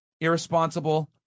irresponsible